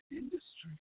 industry